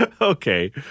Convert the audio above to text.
Okay